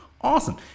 awesome